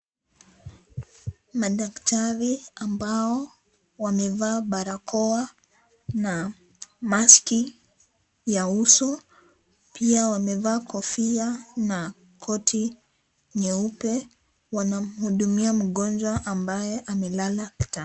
Madaktari ambao wamevaa barakoa na maski ya uso. Pia wamevaa kofia na koti nyeupe. Wanamhudumia mgonjwa ambaye amelala kitandani.